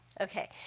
okay